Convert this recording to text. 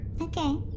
Okay